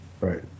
Right